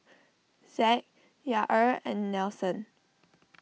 Zack Yair and Nelson